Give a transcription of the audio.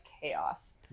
chaos